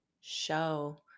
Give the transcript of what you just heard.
show